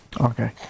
Okay